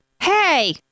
Hey